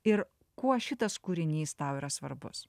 ir kuo šitas kūrinys tau yra svarbus